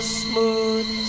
smooth